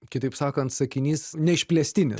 kitaip sakant sakinys ne išplėstinis